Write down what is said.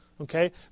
okay